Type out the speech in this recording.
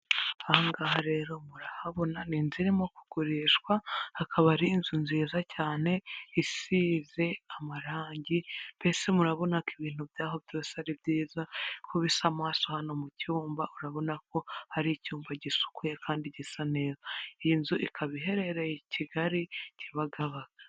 Nta muntu utagira inzozi zo kuba mu nzu nziza kandi yubatse neza iyo nzu iri mu mujyi wa kigali uyishaka ni igihumbi kimwe cy'idolari gusa wishyura buri kwezi maze nawe ukibera ahantu heza hatekanye.